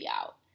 out